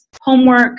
homework